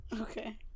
Okay